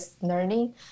learning